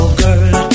girl